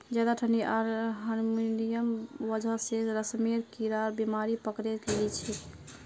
ज्यादा ठंडी आर ह्यूमिडिटीर वजह स रेशमेर कीड़ाक बीमारी पकड़े लिछेक